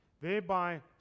thereby